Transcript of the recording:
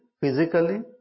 physically